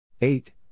Eight